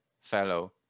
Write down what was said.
fellow